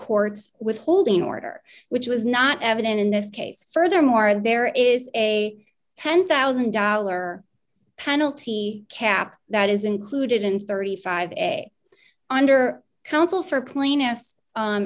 court's withholding order which was not evident in this case furthermore there is a ten thousand dollars penalty cap that is included in thirty five dollars under counsel for